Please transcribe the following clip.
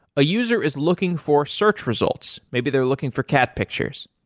a user is looking for search results. maybe they're looking for cat pictures.